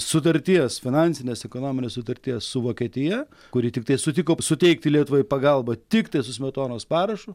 sutarties finansinės ekonominės sutarties su vokietija kuri tiktai sutiko suteikti lietuvai pagalbą tiktai su smetonos parašu